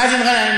מאזן גנאים,